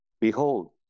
Behold